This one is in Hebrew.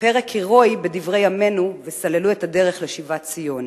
פרק הירואי בדברי ימינו וסללו את הדרך לשיבת ציון.